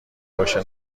باشه